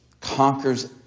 conquers